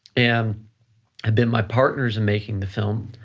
and have been my partners and making the film.